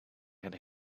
had